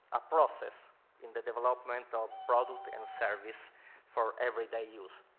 a process in the development of product and service for every day use.